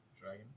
Dragon